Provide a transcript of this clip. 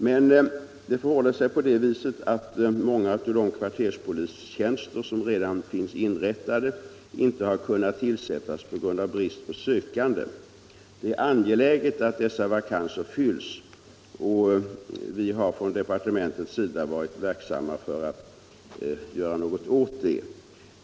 Men nu förhåller det sig så att många av de kvarterspolistjänster som finns inrättade inte har kunnat tillsättas på grund av brist på sökande. Det är angeläget att dessa vakanser fylls. I departementet har vi också varit verksamma för att göra något åt detta.